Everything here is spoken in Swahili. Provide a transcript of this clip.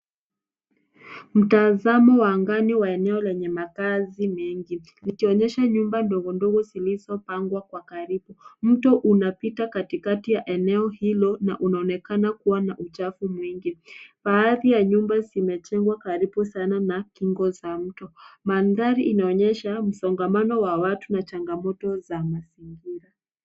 Mtazamo wa angani la eneo lenye makazi mengi ikionyesha nyumba ndogondogo zilizopangwa kwa karibu. Mto unapita katikati ya eneo hili na linaonekana kuwa na uchafu mwingi. Baadhi ya nyumba zimejengwa karibu na kingo za mto. Mandhari inaonyesha msongamano wa watu na changamoto za mazingira.